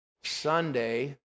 Sunday